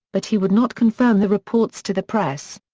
but he would not confirm the reports to the press.